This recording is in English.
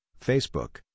Facebook